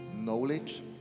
Knowledge